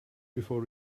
before